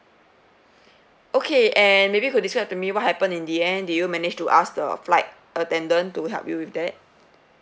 okay and maybe you could describe to me what happened in the end did you manage to ask the flight attendant to help you with that